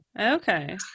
Okay